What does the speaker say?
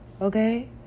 okay